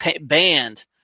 banned